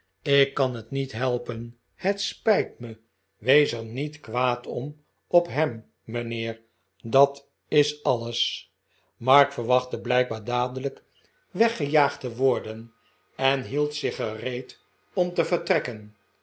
ik kan het niet helpen het spijt me wees er niet kwaad om op hem mijnheer dat is alles mark verwachtte blijkbaar dadelijk weggejaagd te worden en hield zich gereed om te vertrekken